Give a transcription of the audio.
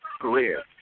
career